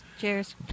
Cheers